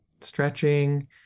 stretching